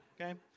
Okay